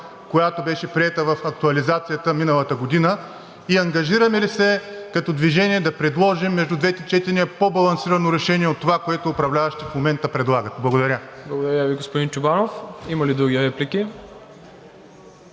която беше приета в актуализацията миналата година; и ангажираме ли се като „Движение“ да предложим между двете четения по-балансирано решение от това, което управляващите в момента предлагат? Благодаря. ПРЕДСЕДАТЕЛ МИРОСЛАВ ИВАНОВ: Благодаря Ви, господин Чобанов. Има ли други реплики?